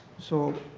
so